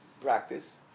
practice